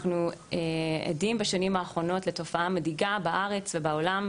אנחנו עדים בשנים האחרונות לתופעה מדאיגה בארץ ובעולם,